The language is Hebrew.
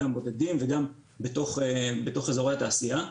גם בודדים וגם בתוך אזורי התעשייה,